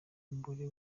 mugore